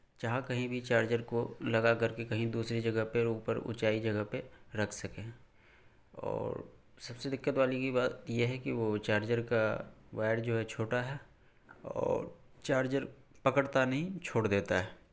جہاں کہیں بھی چارجر کو لگا کر کے کہیں دوسری جگہ پہ اوپر اونچائی جگہ پہ رکھ سکیں اور سب سے دقت والی یہ بات یہ ہے کہ وہ چارجر کا وائر جو ہے چھوٹا ہے اور چارجر پکڑتا نہیں چھوڑ دیتا ہے